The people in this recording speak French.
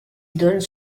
donnent